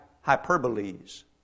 hyperboles